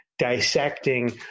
dissecting